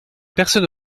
personne